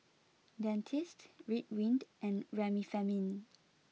Dentiste Ridwind and Remifemin